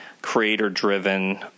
creator-driven